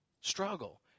struggle